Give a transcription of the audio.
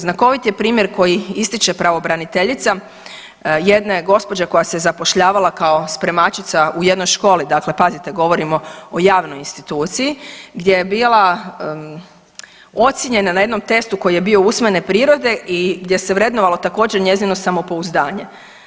Znakovit je primjer koji ističe pravobraniteljica jedne gospođe koja se zapošljavala kao spremačica u jednoj školi, dakle pazite govorimo o javnoj instituciji gdje je bila ocijenjena na jednom testu koji je bio usmene prirode i gdje se vrednovalo također njezino samopouzdanje.